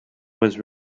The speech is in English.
was